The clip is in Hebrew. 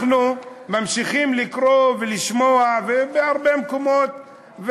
אנחנו ממשיכים לקרוא ולשמוע בהרבה מקומות,